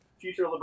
Future